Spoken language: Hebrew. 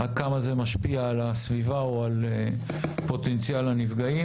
עד כמה זה משפיע על הסביבה או על פוטנציאל הנפגעים.